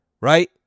right